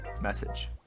message